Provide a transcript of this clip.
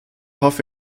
hoffe